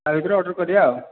ତା ଭିତରେ ଅର୍ଡର କରିବା ଆଉ